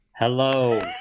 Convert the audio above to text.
Hello